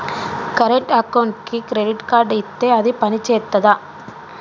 Current అకౌంట్కి credit card ఇత్తే అది పని చేత్తదా?